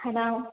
hello